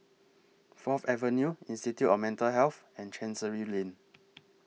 Fourth Avenue Institute of Mental Health and Chancery Lane